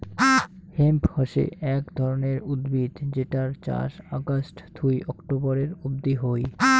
hemp হসে এক ধরণের উদ্ভিদ যেটার চাষ অগাস্ট থুই অক্টোবরের অব্দি হই